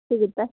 ಸಿಗುತ್ತ